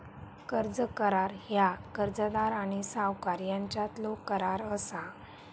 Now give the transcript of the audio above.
कर्ज करार ह्या कर्जदार आणि सावकार यांच्यातलो करार असा